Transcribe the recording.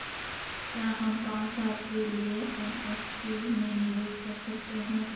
क्या हम पांच साल के लिए एन.एस.सी में निवेश कर सकते हैं?